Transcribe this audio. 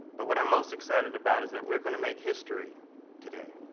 but what i'm most excited about is that we're going to make history today.